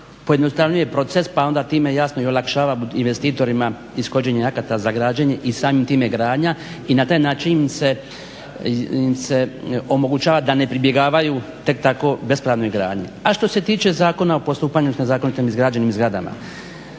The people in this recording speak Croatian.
pojednostavnjuje proces, pa onda time jasno i olakšava investitorima ishođenje akata za građenje i samim time gradnja i na taj način im se omogućava da ne pribjegavaju tek tako bespravnoj gradnji. A što se tiče zakona o postupanju sa nezakonito izgrađenim zgradama